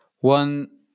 One